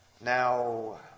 Now